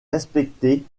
respectée